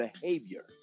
behavior